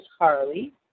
Harley